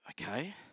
okay